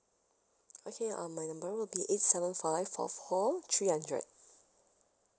okay uh my number will be eight seven five four four three hundred